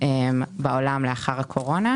בעולם לאחר הקורונה,